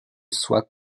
soies